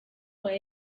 were